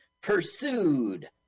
Pursued